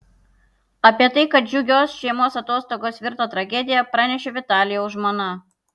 apie tai kad džiugios šeimos atostogos virto tragedija pranešė vitalijaus žmona